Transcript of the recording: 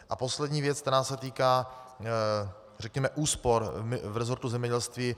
A poslední věc, která se týká řekněme úspor v resortu zemědělství.